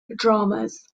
dramas